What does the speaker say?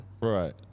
Right